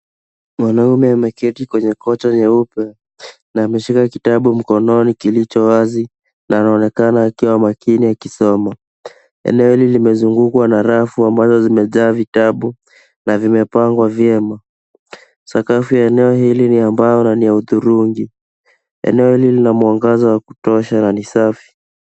Mwnaume ameketi kwenye kocha nyeupe na ameshika kitabu mkononi kilicho wazi na anaonekana akiwa makini akisoma. Eneo hili limezungukwa na rafu ambazo zimejaa vitabu na vimepangwa vyema. Sakafu ya eneo hii ni ya mbao na ni ya hudhurungi. Eneo hili kina mwangaza wa kutosha na ni safi.